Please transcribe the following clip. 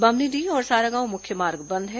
बम्हनीडीह और सारागांव मुख्य मार्ग बंद है